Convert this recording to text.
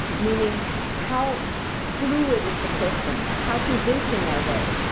meaning how fluid is the person, how convincing are they,